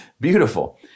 beautiful